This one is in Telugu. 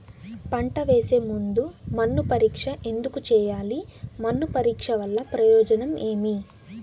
పంట వేసే ముందు మన్ను పరీక్ష ఎందుకు చేయాలి? మన్ను పరీక్ష వల్ల ప్రయోజనం ఏమి?